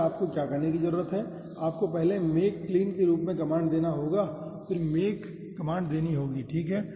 फिर आपको क्या करने की ज़रूरत है आपको पहले make clean के रूप में कमांड देना होगा और फिर make कमांड देनी होगी ठीक है